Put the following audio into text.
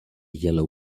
yellow